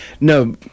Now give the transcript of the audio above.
no